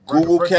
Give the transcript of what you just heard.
Google